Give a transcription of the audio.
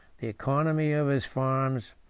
the economy of his farms,